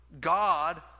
God